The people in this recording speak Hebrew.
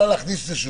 להוסיף.